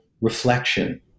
reflection